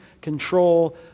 control